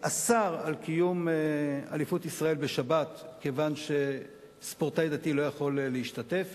אסר לקיים את אליפות ישראל בשבת כיוון שספורטאי דתי לא יכול להשתתף,